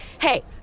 Hey